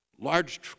Large